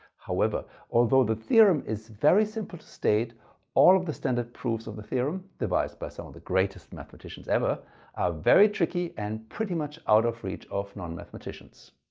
however, although the theorem is very simple to state all the standard proofs of the theorem devised by some of the greatest mathematicians ever are very tricky and pretty much out of reach of non mathematicians.